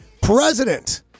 President